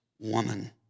woman